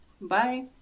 Bye